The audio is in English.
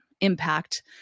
impact